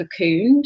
cocooned